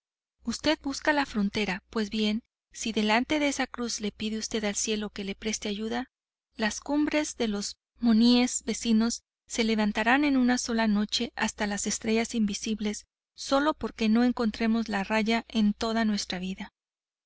usted busca la frontera pues bien si delante de esa cruz le pide usted al cielo que le preste ayuda las cumbres de los montes vecinos se levantarán en una sola noche hasta las estrellas invisibles sólo por que no encontremos la raya en toda nuestra vida